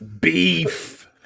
Beef